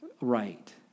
right